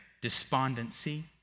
despondency